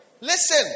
Listen